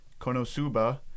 Konosuba